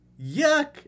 Yuck